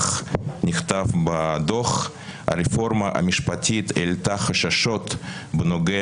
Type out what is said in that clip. בדוח נכתב: "הרפורמה המשפטית העלתה חששות בנוגע